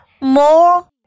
more